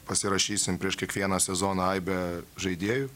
pasirašysim prieš kiekvieną sezoną aibę žaidėjų